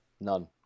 None